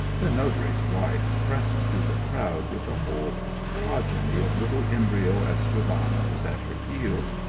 the notary s wife pressed through the crowd with a whole progeny of little embryo escribanoes at her heels,